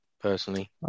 Personally